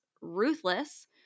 ruthless